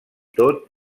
tot